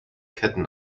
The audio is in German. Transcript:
ketten